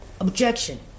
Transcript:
Objection